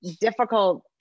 difficult